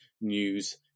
news